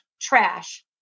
trash